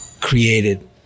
created